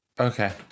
Okay